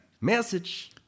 message